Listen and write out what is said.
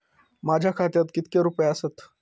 माझ्या खात्यात कितके रुपये आसत?